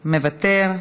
מוותר,